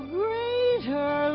greater